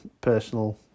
personal